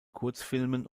kurzfilmen